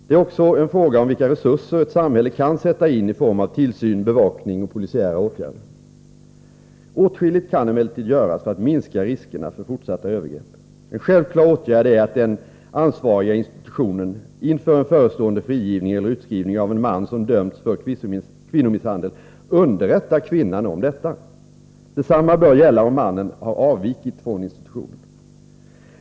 Det är också en fråga om vilka resurser ett samhälle kan sätta in i form av tillsyn, bevakning och polisiära åtgärder. Åskilligt kan emellertid göras för att minska riskerna för fortsatta övergrepp. En självklar åtgärd är att den ansvariga institutionen inför en förestående frigivning eller utskrivning av en man som dömts för kvinnomisshandel underrättar kvinnan om detta. Detsamma bör gälla om mannen har avvikit från institutionen.